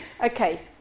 Okay